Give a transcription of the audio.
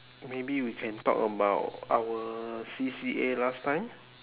maybe you can talk about our C_C_A last time